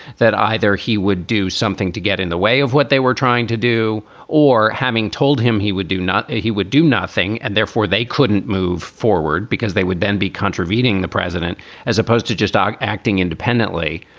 that either he would do something to get in the way of what they were trying to do or having told him he would do not he would do nothing. and therefore, they couldn't move forward because they would then be contravening the president as opposed to just dog acting independently.